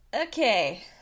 Okay